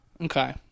Okay